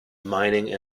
mining